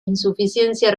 insuficiencia